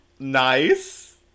Nice